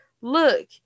Look